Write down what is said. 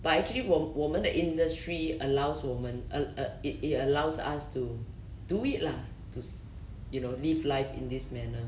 but actually 我我们的 industry allows women uh uh it it allows us to do it lah 就是 you know live life in this manner